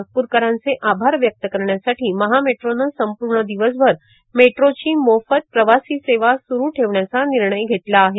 नागपूरकरांचे आभार व्यक्त करण्यासाठी महा मेट्रोनं संपूर्ण दिवसभर मेट्रोची मोफत प्रवासी सेवा सुरु ठेवण्याचा निर्णय घेतला आहे